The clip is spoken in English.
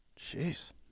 Jeez